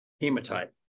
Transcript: hematite